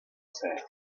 said